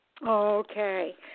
Okay